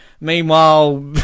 meanwhile